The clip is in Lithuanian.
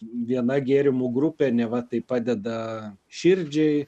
viena gėrimų grupė neva tai padeda širdžiai